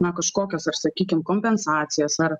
na kažkokias ar sakykim kompensacijas ar